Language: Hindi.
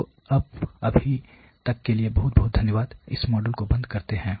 तो अब अभी तक के लिए बहुत बहुत धन्यवाद हम इस मॉड्यूल को बंद करते हैं